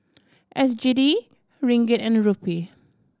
S G D Ringgit and Rupee